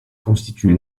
constitue